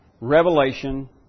revelation